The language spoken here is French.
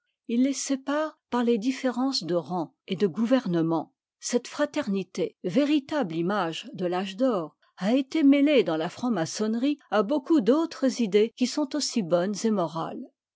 il les sépare par les différences de rang et de gouvernement cette fraternité véritable image de t'âge d'or a été mêlée dans la franc-maçonnerie à beaucoup d'autres idées qui sont aussi bonnes et morales